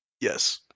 Yes